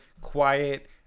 quiet